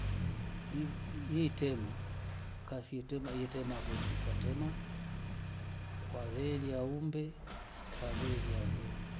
Itema kais ye kema fo shii kwa yela umbee kwa yela mburu.